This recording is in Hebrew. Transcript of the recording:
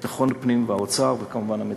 ביטחון הפנים והאוצר, וכמובן המציעים.